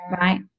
right